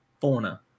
fauna